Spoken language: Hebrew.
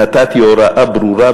נתתי הוראה ברורה,